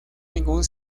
ningún